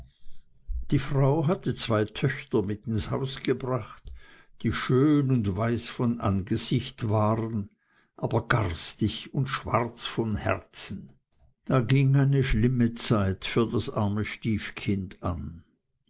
die frau hatte zwei töchter mit ins haus gebracht die schön und weiß von angesicht waren aber garstig und schwarz von herzen da ging eine schlimme zeit für das arme stiefkind an